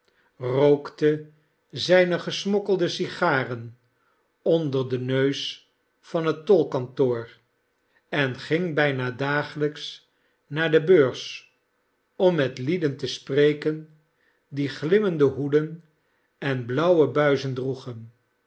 rookte zijne gesmokkelde sigaren onder den neus van het tolkantoor en ging bijna dagelijks naar de beurs om met lieden te spreken die glimmende hoeden en blauwe buizen droegen